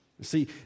See